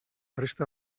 resta